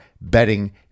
betting